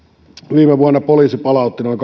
viime vuonna poliisi palautti noin